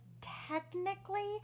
technically